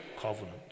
covenant